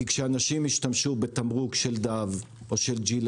כי כשאנשים משתמשים בתמרוק של Gillete או של Dove,